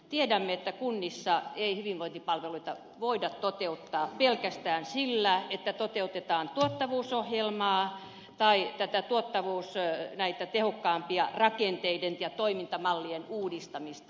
tiedämme että kunnissa ei hyvinvointipalveluita voida toteuttaa pelkästään sillä että toteutetaan tuottavuusohjelmaa tai tätä tehokkaampaa rakenteiden ja toimintamallien uudistamista